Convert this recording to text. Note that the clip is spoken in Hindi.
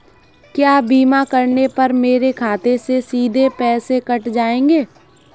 क्या बीमा करने पर मेरे खाते से सीधे पैसे कट जाएंगे?